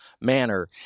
manner